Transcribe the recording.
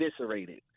eviscerated